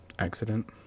Accident